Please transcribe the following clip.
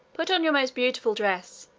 put on your most beautiful dress,